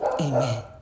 Amen